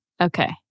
Okay